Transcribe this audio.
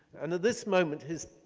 and at this moment, his